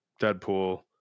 Deadpool